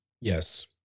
Yes